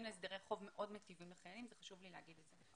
להסדרי חוב מאוד מיטיבים לחיילים וחשוב לי להגיד את זה.